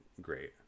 great